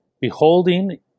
beholding